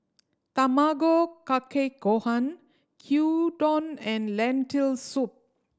Tamago Kake Gohan Gyudon and Lentil Soup